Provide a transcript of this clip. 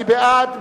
מי בעד?